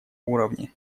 уровне